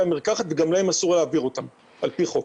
המרקחת וגם להם אסור להעבירם על פי חוק.